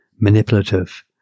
manipulative